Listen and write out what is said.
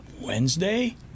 Wednesday